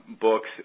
books